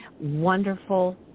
wonderful